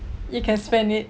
you can spend it